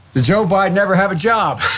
did joe biden ever have a job?